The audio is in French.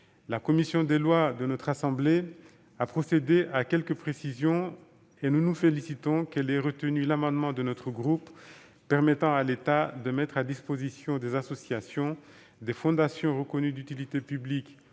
La commission des lois du Sénat a procédé à quelques précisions. À cet égard, nous nous félicitons qu'elle ait retenu l'amendement de notre groupe visant à permettre à l'État de mettre à disposition des associations, des fondations reconnues d'utilité publique